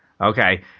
Okay